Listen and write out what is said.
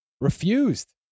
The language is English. refused